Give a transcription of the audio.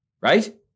right